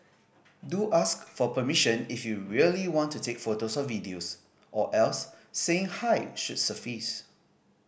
do ask for permission if you really want to take photos or videos or else saying hi should suffice